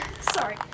Sorry